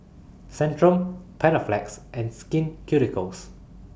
Centrum Panaflex and Skin Ceuticals